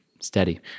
steady